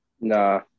Nah